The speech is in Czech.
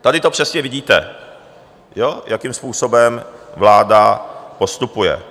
Tady to přesně vidíte, jakým způsobem vláda postupuje.